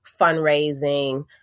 fundraising